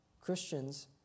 Christians